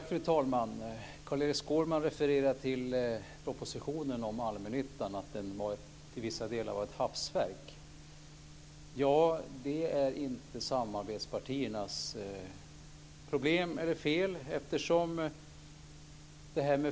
Fru talman! Carl-Erik Skårman refererar till propositionen om allmännyttan och säger att den till vissa delar var ett hafsverk. Det är inte samarbetspartiernas problem eller fel.